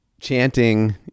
chanting